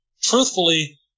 truthfully